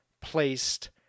placed